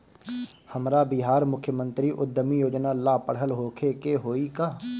हमरा बिहार मुख्यमंत्री उद्यमी योजना ला पढ़ल होखे के होई का?